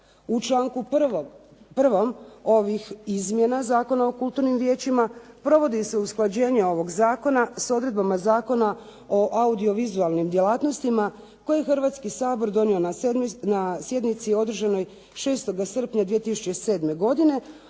U članku 1. ovih izmjena Zakona o kulturnim vijećima provodi se usklađenje ovog zakona s odredbama Zakona o audiovizualnim djelatnostima koje Hrvatski sabor donio na sjednici održanoj 6. srpnja 2007. godine,